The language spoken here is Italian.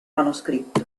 manoscritto